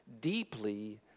deeply